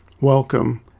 Welcome